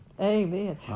Amen